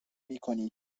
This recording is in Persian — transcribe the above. میکنی